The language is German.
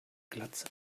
glatze